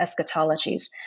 eschatologies